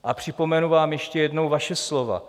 A připomenu vám ještě jednou vaše slova.